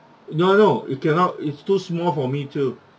no no it cannot it's too small for me too